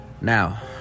Now